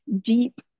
deep